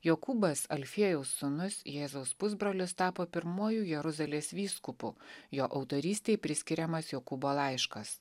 jokūbas alfiejaus sūnus jėzaus pusbrolis tapo pirmuoju jeruzalės vyskupu jo autorystei priskiriamas jokūbo laiškas